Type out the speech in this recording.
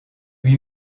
lui